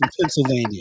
Pennsylvania